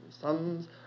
sons